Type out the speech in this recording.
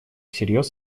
всерьез